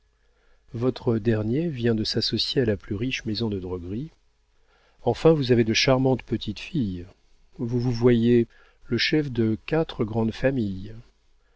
votre dernier vient de s'associer à la plus riche maison de droguerie enfin vous avez de charmantes petites-filles vous vous voyez le chef de quatre grandes familles